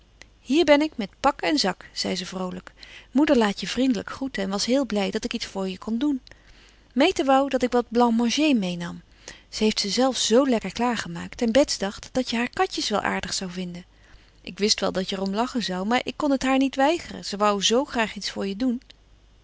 hier ben ik met pak en zak zei ze vroolijk moeder laat je vriendelijk groeten en was heel blij dat ik iets voor je kon doen meta wou dat ik wat blanc manger meenam ze heeft ze zelf zoo lekker klaargemaakt en bets dacht dat je haar katjes wel aardig zou vinden ik wist wel dat je er om lachen zou maar ik kon het haar niet weigeren ze wou zoo graag iets voor je doen